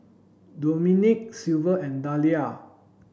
Domenick Silvia and Dalia